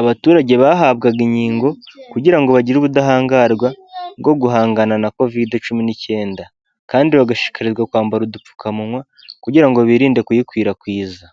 abaturage bahabwaga inkingo, kugira ngo bagire ubudahangarwa bwo guhangana na kovide cumi n'icyenda, kandi bagashishikarizwa kwambara udupfukamunwa kugira ngo birinde kuyikwirakwiza.